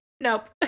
nope